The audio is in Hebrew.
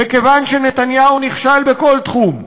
וכיוון שנתניהו נכשל בכל תחום,